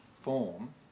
form